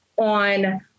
on